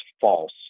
false